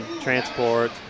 transport